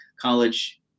college